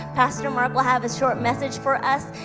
pastor mark will have a short message for us.